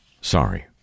sorry